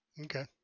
Okay